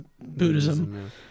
Buddhism